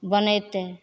बनेतै